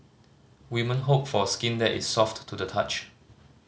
women hope for skin that is soft to the touch